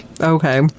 Okay